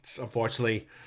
unfortunately